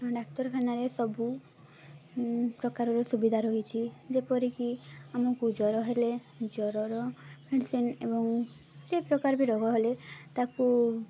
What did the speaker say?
ଡାକ୍ତରଖାନାରେ ସବୁ ପ୍ରକାରର ସୁବିଧା ରହିଛି ଯେପରିକି ଆମକୁ ଜ୍ଵର ହେଲେ ଜ୍ଵରର ମେଡ଼ିସିନ୍ ଏବଂ ସେ ପ୍ରକାର ବି ରୋଗ ହେଲେ ତାକୁ